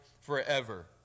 forever